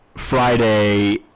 Friday